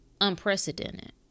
unprecedented